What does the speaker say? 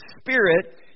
Spirit